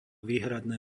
výhradné